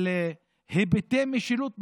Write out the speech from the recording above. על "היבטי המשילות בנגב".